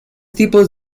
tipos